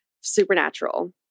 Supernatural